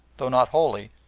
though not wholly,